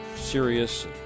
Serious